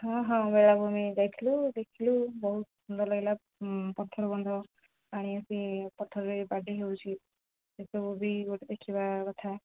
ହଁ ହଁ ବେଳାଭୂମି ଯାଇଥିଲୁ ଦେଖିଲୁ ବହୁତ ସୁନ୍ଦର ଲାଗିଲା ପଥର ବନ୍ଧ ପାଣି ଆସି ପଥରରେ ବାଡ଼େଇ ହେଉଛି ସେସବୁ ବି ଗୋଟେ ଦେଖିବା କଥା